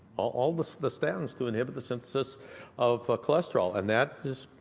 all the the statins to inhibit the synthesis of cholesterol, and that is,